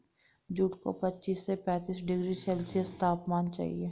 jute को पच्चीस से पैंतीस डिग्री सेल्सियस तापमान चाहिए